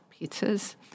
pizzas